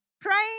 praying